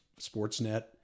Sportsnet